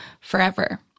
forever